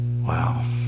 Wow